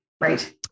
right